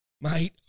Mate